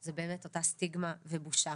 זה באמת אותה סטיגמה ובושה.